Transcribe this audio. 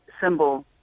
symbol